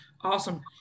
Awesome